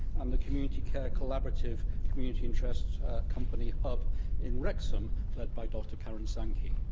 and the community care collaborative community in trust company hub in wrexham led by dr karen sankey?